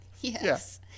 Yes